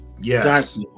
yes